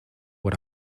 what